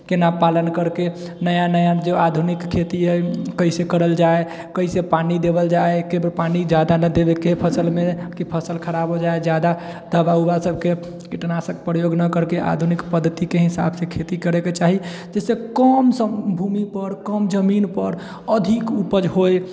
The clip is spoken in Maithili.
केना पालन कैरिके नया नया जे आधुनिक खेती है कैसे करल जाइ कैसे पानि देवल जाइ एक्के बेर पानि जादा नहि देबैके फसलमे कि फसल खराब हो जाइ जादा दवा उवा सबके कीटनाशक प्रयोग नहि कैरिके आधुनिक पद्धतिके हिसाबसँ खेती करैके चाही जिससे कम भूमिपर कम जमीनपर अधिक उपज होइ